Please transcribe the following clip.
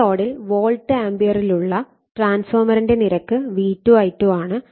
full ലോഡിൽ volt ആംപിയറിലുള്ള ട്രാൻസ്ഫോർമറിന്റെ നിരക്ക് V2 I2 ആണ്